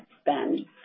spend